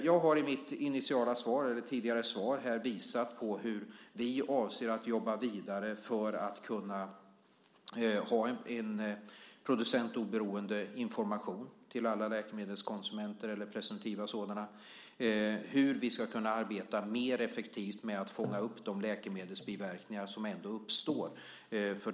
Jag har i mitt tidigare svar här visat på hur vi avser att jobba vidare för att kunna ha en producentoberoende information till alla läkemedelskonsumenter eller presumtiva sådana och hur vi ska kunna arbeta mer effektivt med att fånga upp de läkemedelsbiverkningar som ändå uppstår.